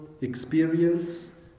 experience